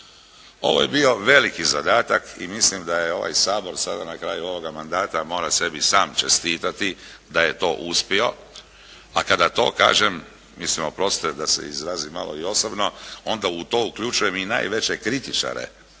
Ovo je bio veliki zadatak i mislim da je ovaj Sabora sada na kraju ovoga mandata mora sebi sam čestitati da je to uspio. A kada to kažem, mislim oprostite da se izrazim malo i osobno onda u to uključujem i najveće kritičare